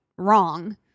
wrong